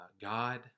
God